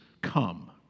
come